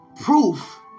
proof